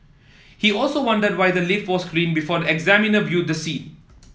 he also wondered why the lift was cleaned before the examiner viewed the scene